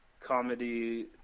comedy